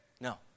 No